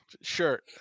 sure